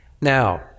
Now